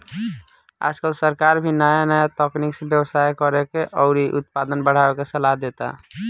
आजकल सरकार भी नाया नाया तकनीक से व्यवसाय करेके अउरी उत्पादन बढ़ावे के सालाह देता